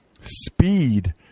speed